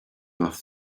off